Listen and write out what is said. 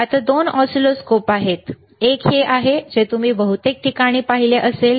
आता 2 ऑसिलोस्कोप आहेत एक हे आहे जे तुम्ही बहुतेक ठिकाणी पाहिले असेल